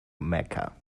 mecca